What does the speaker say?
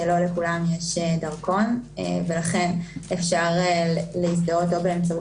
שלא לכולם יש דרכון ולכן אפשר להזדהות או באמצעות